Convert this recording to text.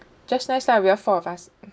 just nice Iah we are four of us